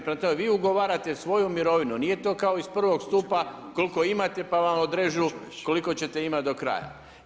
Prema tome, vi ugovarate svoju mirovinu, nije to kao iz prvog stupa koliko imate pa vam odrežu koliko ćete imati do kraja.